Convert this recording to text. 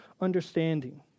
understanding